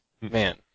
man